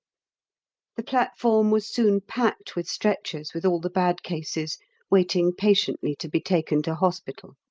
the platform was soon packed with stretchers with all the bad cases waiting patiently to be taken to hospital.